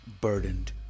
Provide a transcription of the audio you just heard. burdened